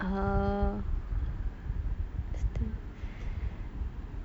orh